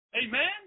amen